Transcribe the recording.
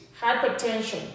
hypertension